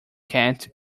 kent